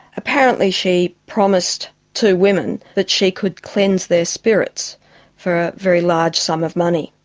apparently she promised two women that she could cleanse their spirits for a very large sum of money.